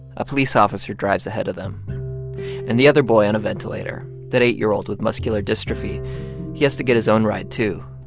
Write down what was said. a police officer drives ahead of them and the other boy on a ventilator, that eight year old with muscular dystrophy he has to get his own ride, too.